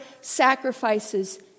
sacrifices